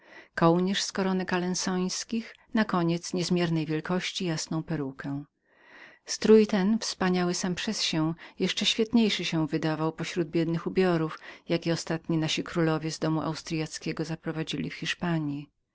i mankiety z koronek brabanckich nakoniec niezmiernej wielkości jasną perukę strój ten wspaniały sam przez się jeszcze świetniejszym się wydawał pośród biednych ubiorów jakie ostatni nasi królowie z domu austryackiego zaprowadzili w hiszpanji